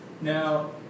Now